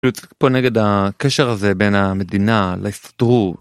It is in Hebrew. הוא צריך לפעול נגד הקשר הזה בין המדינה, להסתדרות.